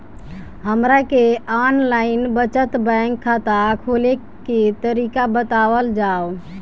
हमरा के online बचत बैंक खाता खोले के तरीका बतावल जाव?